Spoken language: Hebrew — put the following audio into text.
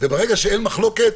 וברגע שאין מחלוקת,